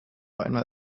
einmal